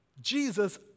Jesus